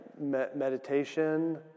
Meditation